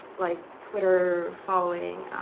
like, twitter following,